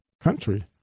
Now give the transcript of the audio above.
country